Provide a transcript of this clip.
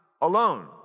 alone